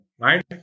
right